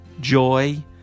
joy